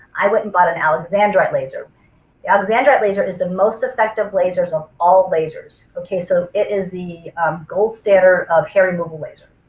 i went and bought an alexandrite laser. the alexandrite laser is the most effective lasers of all lasers. okay so it is the gold standard of hair removal laser.